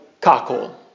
cockle